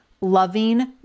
loving